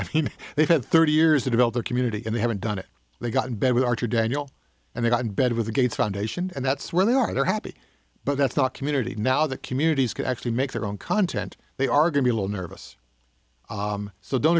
i mean they've had thirty years to develop their community and they haven't done it they got in bed with archer daniel and they got in bed with the gates foundation and that's where they are they're happy but that's not community now the communities can actually make their own content they are going to a little nervous so don't